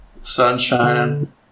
Sunshine